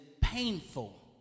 painful